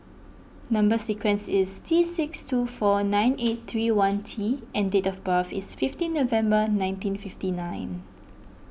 Number Sequence is T six two four nine eight three one T and date of birth is fifteen November nineteen fifty nine